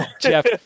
Jeff